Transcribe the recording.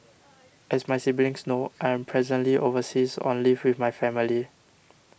as my siblings know I am presently overseas on leave with my family